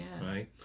right